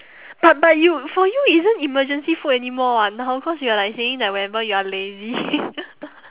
but but you for you isn't emergency food anymore [what] now cause you're like saying that whenever you're lazy